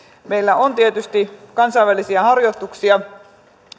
meillä on tietysti kansainvälisiä harjoituksia